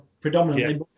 predominantly